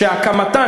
והקמתן,